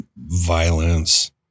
violence